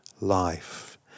life